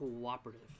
cooperative